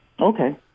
okay